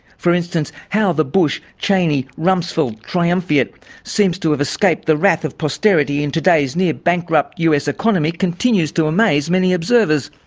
for instance, how the bush, cheney, rumsfeld triumvirate seems to have escaped the wrath of posterity in today's near bankrupt us economy continues to amaze many observers.